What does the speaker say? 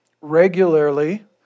regularly